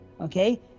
Okay